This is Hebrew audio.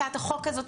הצעת החוק הזאת,